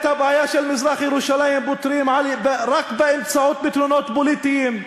את הבעיה של מזרח-ירושלים פותרים רק באמצעות פתרונות פוליטיים.